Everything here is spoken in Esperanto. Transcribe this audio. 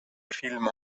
filmo